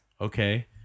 Okay